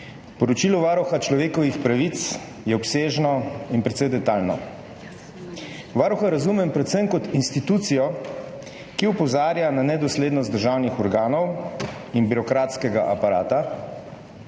Poročilo Varuha človekovih pravic je obsežno in precej detajlno. Varuha razumem predvsem kot institucijo, ki opozarja na nedoslednost državnih organov in birokratskega aparata